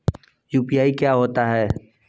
UPI क्या होता है?